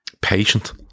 patient